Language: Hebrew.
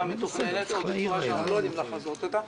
מתוכננת או בצורה שאנחנו לא יודעים לחזות אותה,